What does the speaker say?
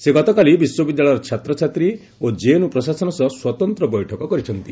ସେ ଗତକାଲି ବିଶ୍ୱବିଦ୍ୟାଳୟର ଛାତ୍ରଛାତ୍ରୀ ଓ ଜେଏନ୍ୟୁ ପ୍ରଶାସନ ସହ ସ୍ୱତନ୍ତ୍ର ବୈଠକ କରିଛନ୍ତି